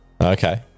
Okay